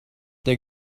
der